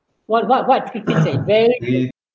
what what what great things that very